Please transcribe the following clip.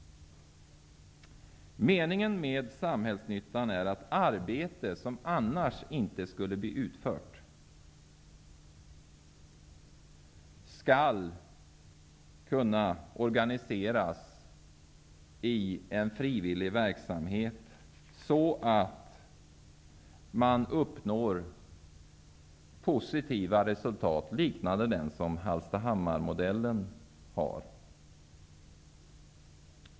Meningen med Samhällsnyttan är att arbete som annars inte skulle bli utfört skall kunna organiseras i en frivillig verksamhet, så att man uppnår positiva resultat, liknande dem som Hallstahammarmodellen ger.